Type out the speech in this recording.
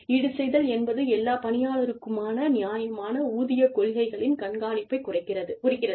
ஈடுசெய்தல் என்பது எல்லா பணியாளர்களுக்குமான நியாயமான ஊதியக் கொள்கைகளின் கண்காணிப்பைக் குறிக்கிறது